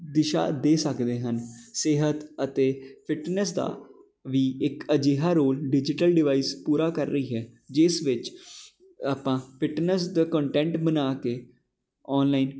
ਦਿਸ਼ਾ ਦੇ ਸਕਦੇ ਹਨ ਸਿਹਤ ਅਤੇ ਫਿੱਟਨੈੱਸ ਦਾ ਵੀ ਇੱਕ ਅਜਿਹਾ ਰੋਲ ਡਿਜੀਟਲ ਡਿਵਾਈਸ ਪੂਰਾ ਕਰ ਰਹੀ ਹੈ ਜਿਸ ਵਿੱਚ ਆਪਾਂ ਫਿੱਟਨੈੱਸ ਦਾ ਕੋਨਟੇਂਟ ਬਣਾ ਕੇ ਔਨਲਾਈਨ